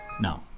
No